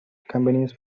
companies